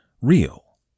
real